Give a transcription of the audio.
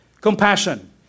Compassion